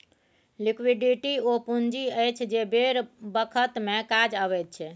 liquidity ओ पुंजी अछि जे बेर बखत मे काज अबैत छै